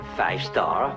five-star